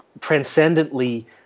transcendently